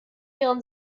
ihren